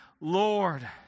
Lord